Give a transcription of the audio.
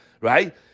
right